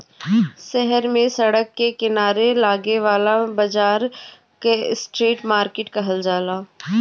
शहर में सड़क के किनारे लागे वाला बाजार के स्ट्रीट मार्किट कहल जाला